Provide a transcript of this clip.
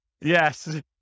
Yes